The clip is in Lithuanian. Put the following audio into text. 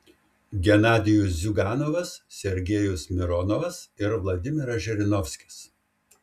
genadijus ziuganovas sergejus mironovas ir vladimiras žirinovskis